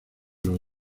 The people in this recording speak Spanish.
los